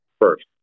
first